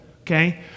okay